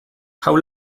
how